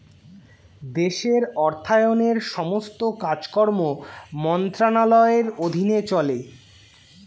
দেশের অর্থায়নের সমস্ত কাজকর্ম মন্ত্রণালয়ের অধীনে চলে